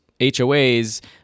HOAs